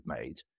made